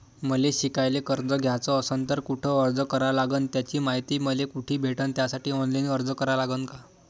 मले शिकायले कर्ज घ्याच असन तर कुठ अर्ज करा लागन त्याची मायती मले कुठी भेटन त्यासाठी ऑनलाईन अर्ज करा लागन का?